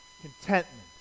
contentment